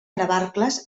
navarcles